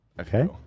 okay